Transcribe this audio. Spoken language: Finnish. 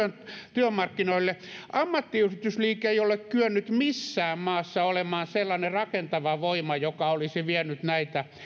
työmarkkinoille ammattiyhdistysliike ei ole kyennyt missään maassa olemaan sellainen rakentava voima joka olisi vienyt näitä